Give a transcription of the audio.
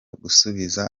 gusubiza